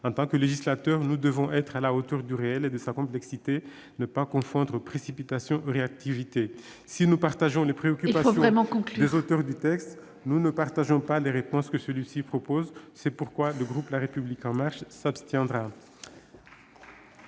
En tant que législateur, nous devons être à la hauteur du réel et de sa complexité, ne pas confondre précipitation et réactivité. Il faut conclure, mon cher collègue. Si nous partageons les préoccupations des auteurs du texte, nous ne partageons pas les réponses que celui-ci prévoit. C'est pourquoi le groupe La République En Marche s'abstiendra.